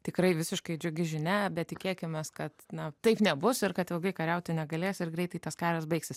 tikrai visiškai džiugi žinia bet tikėkimės kad na taip nebus ir kad ilgai kariauti negalės ir greitai tas karas baigsis